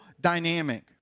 dynamic